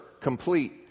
complete